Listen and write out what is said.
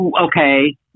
Okay